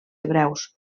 hebreus